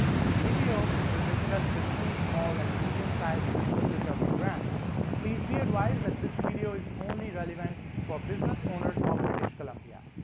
this video will discuss the new small and medium-sized business recovery grant please be advised that this video is only relevant for business owners of british columbia.